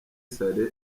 saleh